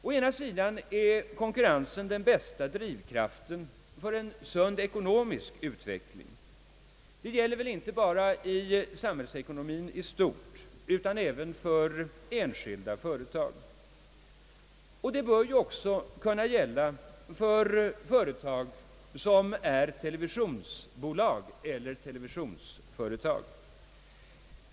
Å ena sidan är konkurrensen den bästa drivkraften för en sund ekonomisk utveckling; det gäller inte bara beträffande samhällsekonomien i stort utan även för enskilda företag. Detta gäller även för televisionsbolag eller televisionsföretag.